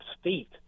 state